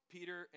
Peter